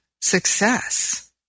success